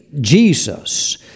Jesus